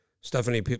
Stephanie